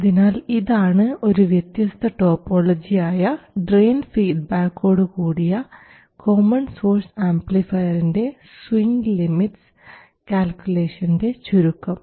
അതിനാൽ ഇതാണ് ഒരു വ്യത്യസ്ത ടോപ്പോളജി ആയ ഡ്രയിൻ ഫീഡ്ബാക്കോടു കൂടിയ കോമൺ സോഴ്സ് ആംപ്ലിഫയറിൻറെ സ്വിംഗ് ലിമിറ്റ്സ് കാൽക്കുലേഷൻറെ ചുരുക്കം